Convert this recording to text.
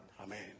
Amen